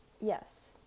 Yes